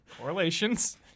Correlations